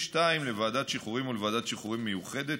2. לוועדת שחרורים או לוועדת שחרורים מיוחדת,